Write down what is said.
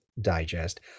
digest